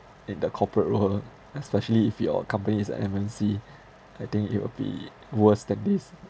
in the corporate world especially if your company is like M_N_C I think it will be worse than this